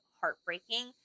heartbreaking